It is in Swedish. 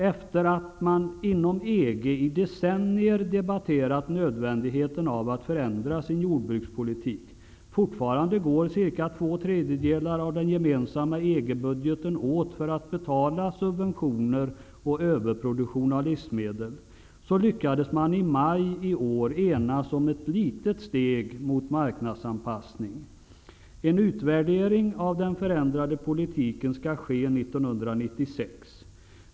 Efter att man inom EG i decennier debatterat nödvändigheten av att förändra sin jordbrukspolitik -- fortfarande går cirka två tredjedelar av den gemensamma EG-budgeten åt till att betala subventioner och överproduktion av livsmedel -- lyckades man i juni i år enas om ett litet steg mot marknadsanpassning. En utvärdering av den förändrade politiken skall ske 1996.